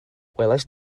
welaist